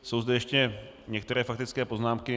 Jsou zde ještě některé faktické poznámky.